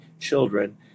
children